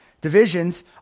divisions